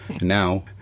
now